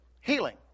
Healing